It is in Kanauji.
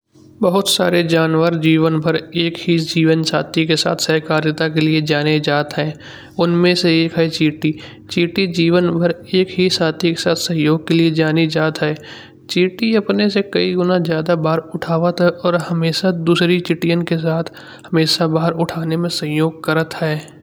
बहुत सारे जानवर जीवन भर एक ही जीवन छत्ती के साथ सहकारिता के लिए जाने जात है। उनमें से एक है चींटी। चींटी जीवन भर एक ही साथी के साथ सहयोग के लिए जानी जाती है। चींटी अपने से कई गुना ज़्यादा भार उठावत है। और हमेशा दूसरी चींटियाँ के साथ हमेशा भार उठाने में सहयोग करत है।